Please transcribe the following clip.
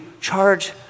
charge